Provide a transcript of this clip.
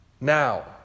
now